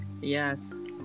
Yes